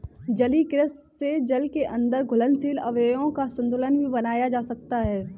जलीय कृषि से जल के अंदर घुलनशील अवयवों का संतुलन भी बनाया जा सकता है